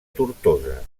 tortosa